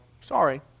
sorry